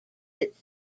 its